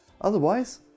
Otherwise